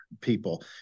people